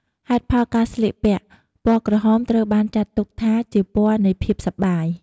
ហេតុផលការស្លៀកពាក់ ពណ៌ក្រហមត្រូវបានចាត់ទុកថាជាពណ៌នៃភាពសប្បាយ។